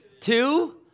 Two